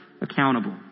accountable